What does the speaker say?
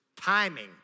Timing